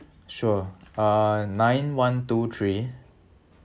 sure uh nine one two three